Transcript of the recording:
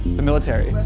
the military.